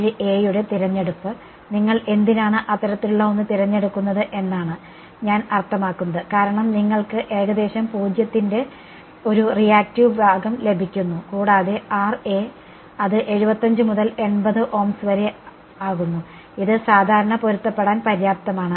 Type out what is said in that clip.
47 a യുടെ തിരഞ്ഞെടുപ്പ് നിങ്ങൾ എന്തിനാണ് അത്തരത്തിലുള്ള ഒന്ന് തിരഞ്ഞെടുക്കുന്നത് എന്നാണ് ഞാൻ അർത്ഥമാക്കുന്നത് കാരണം നിങ്ങൾക്ക് ഏകദേശം 0 ന്റെ ഒരു റിയാക്ടീവ് ഭാഗം ലഭിക്കുന്നു കൂടാതെ അത് 75 മുതൽ 80 Ohms വരെയാകുന്നു ഇത് ഒരു സാധാരണ പൊരുത്തപ്പെടുത്താൻ പര്യാപ്തമാണ്